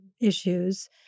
issues